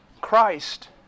Christ